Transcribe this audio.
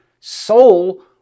soul